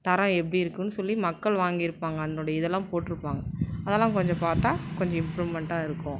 தரம் எப்படி இருக்குன்னு சொல்லி மக்கள் வாங்கியிருப்பாங்க அதனுடைய இதெல்லாம் போட்டிருப்பாங்க அதெல்லாம் கொஞ்சம் பார்த்தா கொஞ்சம் இம்ப்ரூமண்ட்டாக இருக்கும்